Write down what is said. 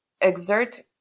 exert